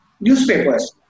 newspapers